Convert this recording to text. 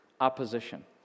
opposition